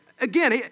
Again